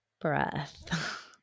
breath